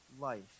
life